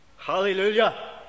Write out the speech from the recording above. Hallelujah